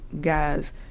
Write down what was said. guys